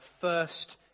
first